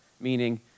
meaning